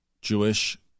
Jewish